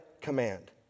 command